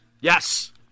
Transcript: Yes